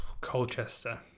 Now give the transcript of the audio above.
Colchester